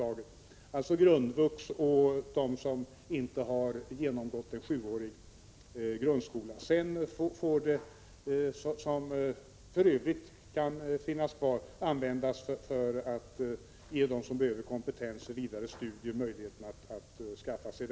Man skall alltså prioritera grundvuxutbildningen och dem som bara har genomgått sjuårig grundskola. Sedan får det som kan finnas kvar användas för att ge dem som behöver kompetens för vidare studier möjlighet att skaffa den.